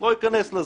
לא אכנס לזה.